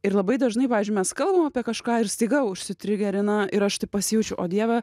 ir labai dažnai pavyzdžiui mes kalbam apie kažką ir staiga užsitrigerina ir aš taip pasijaučiu o dieve